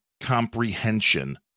comprehension